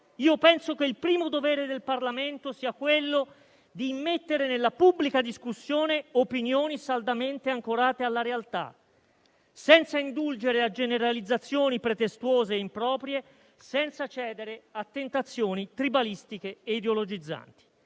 penso che il primo dovere del Parlamento sia quello di immettere nella pubblica discussione opinioni saldamente ancorate alla realtà, senza indulgere in generalizzazioni pretestuose ed improprie, senza cedere a tentazioni tribalistiche e ideologizzanti.